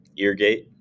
Eargate